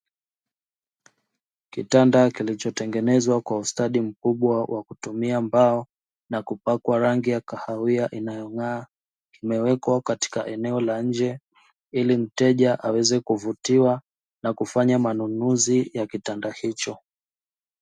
Kitanda kilichotengenezwa kwa ustadi mkubwa wa kutumia mbao na kupakwa rangi ya kahawia inayongaa, kimewekwa katika eneo la nje, Ili mteja aweze kuvutiwa na kufanya manunuzi ya kitanda hicho.